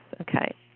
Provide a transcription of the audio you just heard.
okay